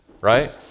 right